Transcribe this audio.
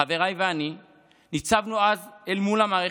חבריי ואני ניצבנו אז אל מול המערכת,